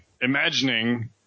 imagining